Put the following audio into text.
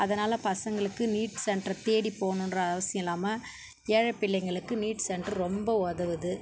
அதனால் பசங்களுக்கு நீட் சென்ட்ரை தேடிப் போகணுன்ற அவசியம் இல்லாமல் ஏழை பிள்ளைங்களுக்கு நீட் சென்டர் ரொம்ப உதவுது